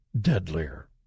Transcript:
deadlier